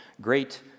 great